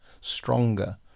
stronger